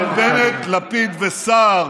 אבל בנט, לפיד וסער